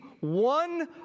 one